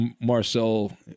Marcel